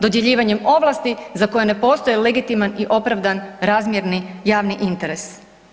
Dodjeljivanjem ovlasti za koje ne postoji legitiman i opravdan, razmjerni javni interes.